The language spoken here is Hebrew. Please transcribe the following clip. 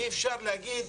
אי אפשר להגיד